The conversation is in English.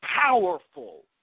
powerful